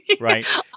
Right